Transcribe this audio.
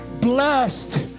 blessed